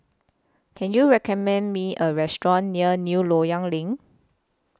Can YOU recommend Me A Restaurant near New Loyang LINK